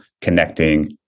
connecting